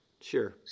sure